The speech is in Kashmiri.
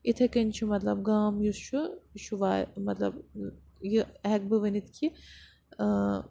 اِتھَے کٔنۍ چھُ مطلب گام یُس چھُ یہِ چھُ وا مطلب یہِ ہٮ۪کہٕ بہٕ ؤنِتھ کہِ